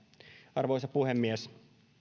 arvoisa puhemies